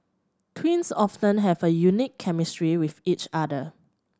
twins often have a unique chemistry with each other